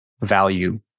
value